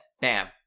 Bam